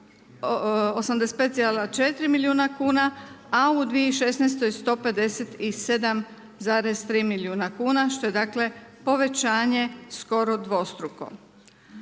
85,4 milijuna kuna, a u 2016. 157,3 milijuna kuna što je povećanje skoro dvostruko.